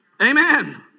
Amen